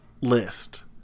list